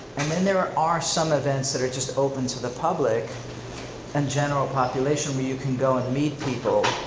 and then there are are some events that are just open to the public and general population where you can go and meet people,